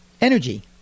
Energy